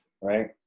right